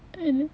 then